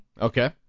Okay